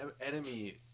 enemy